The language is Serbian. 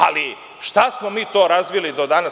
Ali, šta smo mi to razvili do danas?